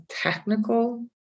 technical